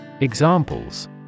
Examples